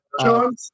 John